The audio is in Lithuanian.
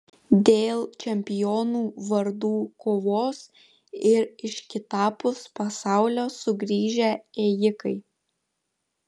dėl čempionų vardų kovos ir iš kitapus pasaulio sugrįžę ėjikai